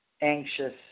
anxious